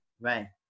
Right